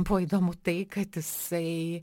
buvo įdomu tai kad jisai